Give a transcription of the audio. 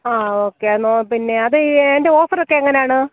ആ ഓക്കെ എന്നാൽ പിന്നെ അത് അതിൻ്റെ ഓഫറ് ഒക്കെ എങ്ങനെയാണ്